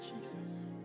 Jesus